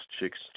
chicks